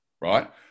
right